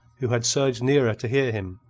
who had surged nearer to hear him,